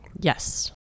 yes